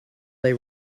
they